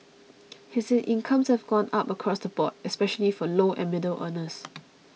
he said incomes have gone up across the board especially for low and middle earners